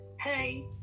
hey